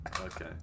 Okay